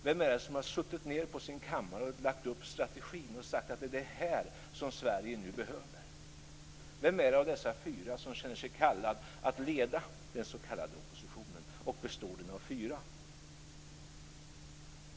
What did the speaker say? Vem är det som har suttit på sin kammare och lagt upp strategin och sagt att det är detta som Sverige nu behöver? Vem av dessa fyra känner sig kallad att leda den s.k. oppositionen, och består den av fyra?